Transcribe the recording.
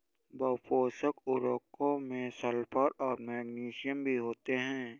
बहुपोषक उर्वरकों में सल्फर और मैग्नीशियम भी होते हैं